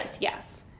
Yes